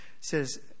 says